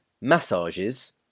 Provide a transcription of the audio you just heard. massages